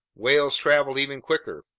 whales traveled even quicker.